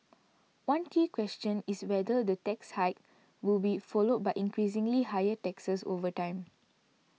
one key question is whether the tax hike will be followed by increasingly higher taxes over time